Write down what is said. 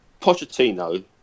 Pochettino